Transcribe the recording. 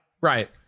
right